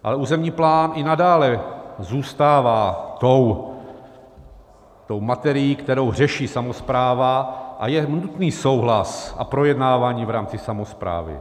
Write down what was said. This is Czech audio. Ale územní plán i nadále zůstává tou materií, kterou řeší samospráva, a je nutný souhlas a projednávání v rámci samosprávy.